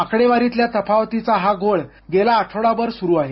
आकडेवारीतल्या तफावतीचा हा घोळ गेला आठवडाभर चालू आहे